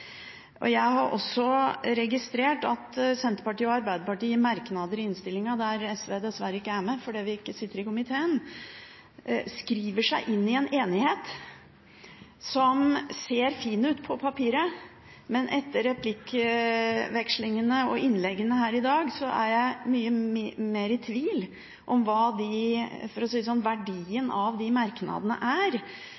enighet. Jeg har også registrert at Senterpartiet og Arbeiderpartiet i merknader i innstillingen, der SV dessverre ikke er med fordi vi ikke sitter i komiteen, skriver seg inn i en enighet som ser fin ut på papiret. Men etter replikkvekslingene og innleggene her i dag er jeg mye mer i tvil om hva verdien av de